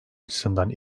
açısından